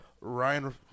Ryan